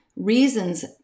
Reasons